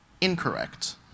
incorrect